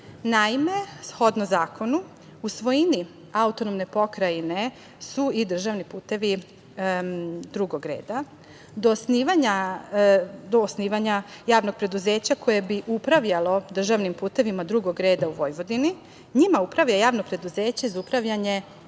Naime, shodno zakonu u svojini AP Vojvodine su i državni putevi drugog reda. Do osnivanja javnog preduzeća koje bi upravljalo državnim putevima drugog reda u Vojvodini, njima upravlja Javno preduzeće za upravljanje